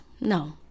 no